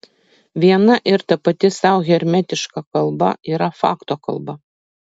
viena ir tapati sau hermetiška kalba yra fakto kalba